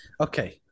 Okay